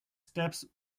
steps